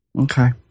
Okay